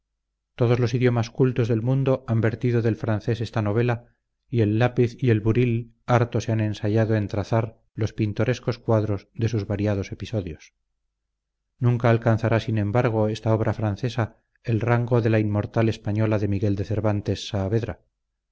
todos los idiomas cultos del mundo han vertido del trances esta novela y el lápiz y el buril harto se han ensayado en trazar los pintorescos cuadros de sus variados episodios nunca alcanzará sin embargo esta obra francesa el rango de la inmortal española de miguel de cervantes saavedra